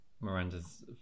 Miranda's